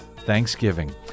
Thanksgiving